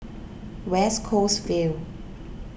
West Coast Vale